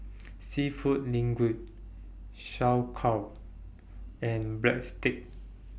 Seafood Linguine Sauerkraut and Breadsticks